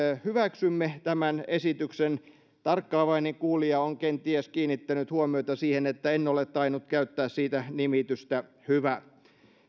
hyväksymme tämän esityksen tarkkaavainen kuulija on kenties kiinnittänyt huomiota siihen että en ole tainnut käyttää siitä nimitystä hyvä